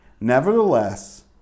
Nevertheless